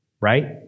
right